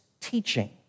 teaching